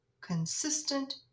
consistent